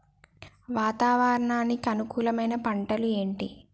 వాతావరణానికి అనుకూలమైన పంటలు ఏంటి?